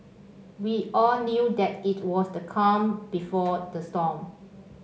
we all knew that it was the calm before the storm